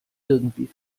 irgendwie